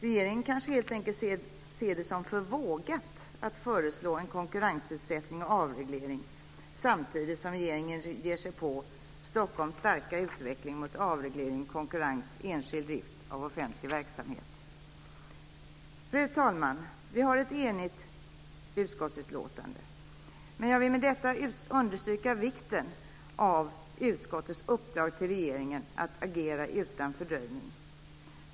Regeringen kanske helt enkelt ser det som för vågat att föreslå en konkurrensutsättning och avreglering samtidigt som regeringen ger sig på Stockholms starka utveckling mot avreglering, konkurrens och enskild drift av offentlig verksamhet. Fru talman! Vi har ett enigt utskottsbetänkande, men jag vill med detta understryka vikten av utskottets uppdrag till regeringen att agera utan fördröjning.